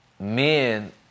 Men